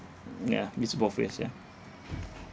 ya it's both ways ya